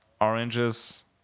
oranges